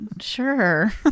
Sure